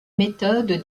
méthode